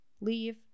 leave